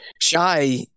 shy